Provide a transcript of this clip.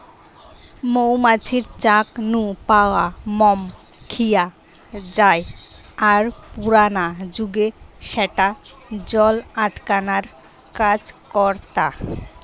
মৌ মাছির চাক নু পাওয়া মম খিয়া জায় আর পুরানা জুগে স্যাটা জল আটকানার কাজ করতা